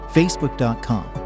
facebook.com